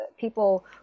people